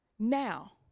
Now